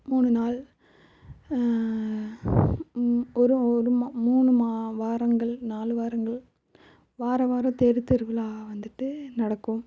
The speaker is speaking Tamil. மூணு நாள் ஒரு ஒரு மா மூணு மா வாரங்கள் நாலு வாரங்கள் வாரம் வாரம் தேர் திருவிழா வந்துவிட்டு நடக்கும்